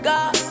God